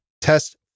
test